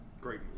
Great